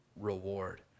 reward